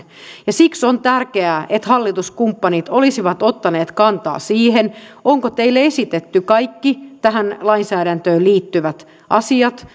siksi on tärkeää että hallituskumppanit olisivat ottaneet kantaa siihen onko teille esitetty kaikki tähän lainsäädäntöön liittyvät asiat